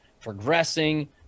progressing